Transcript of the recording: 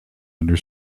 under